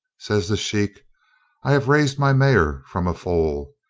says the sheik i have raised my mare from a foal,